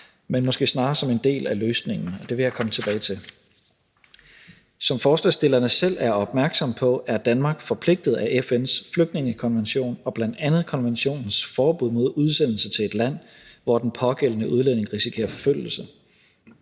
men måske snarere som en del af løsningen, og det vil jeg komme tilbage til. Som forslagsstillerne selv er opmærksomme på, er Danmark forpligtet af FN's flygtningekonvention og bl.a. af konventionens forbud mod udsendelse til et land, hvor den pågældende udlænding risikerer forfølgelse.